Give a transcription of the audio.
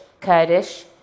Kurdish